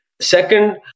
Second